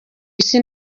isi